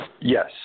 Yes